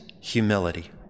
humility